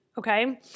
Okay